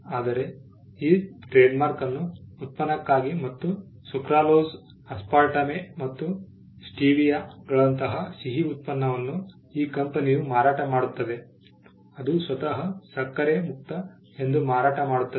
ಆದರೆ ಈ ಟ್ರೇಡ್ಮಾರ್ಕ್ ಅನ್ನು ಉತ್ಪನ್ನಕ್ಕಾಗಿ ಮತ್ತು ಸುಕ್ರಲೋಸ್ ಆಸ್ಪರ್ಟೇಮ್ ಮತ್ತು ಸ್ಟೀವಿಯಾಗಳಂತಹ ಸಿಹಿ ಉತ್ಪನ್ನವನ್ನು ಈ ಕಂಪನಿಯು ಮಾರಾಟ ಮಾಡುತ್ತದೆ ಅದು ಸ್ವತಃ ಸಕ್ಕರೆ ಮುಕ್ತ ಎಂದು ಮಾರಾಟ ಮಾಡುತ್ತದೆ